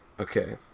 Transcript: Okay